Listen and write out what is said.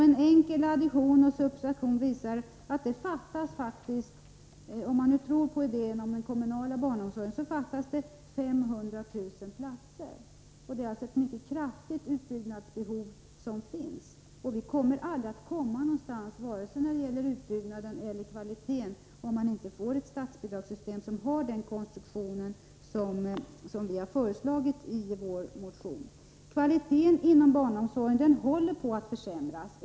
En enkel addition visar att det faktiskt fattas 500 000 platser. Det finns alltså ett mycket kraftigt utbyggnadsbehov. Vi kommer aldrig att komma någonstans vare sig när det gäller utbyggnaden eller när det gäller kvaliteten om man inte har ett statsbidragssystem som har den konstruktion som vi har föreslagit i vår motion. Kvaliteten inom barnomsorgen håller på att försämras.